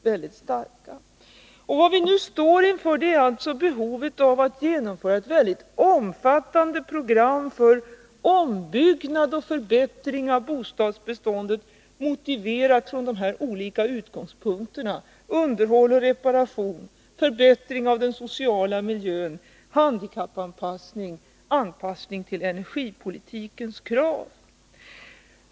Vi står nu inför behovet av att genomföra ett mycket omfattande program för ombyggnad och förbättring av bostadsbeståndet, motiverat från dessa olika utgångspunkter: underhåll och reparation, förbättring av den sociala miljön, handikappanpassning, anpassning till energipolitikens krav.